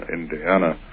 Indiana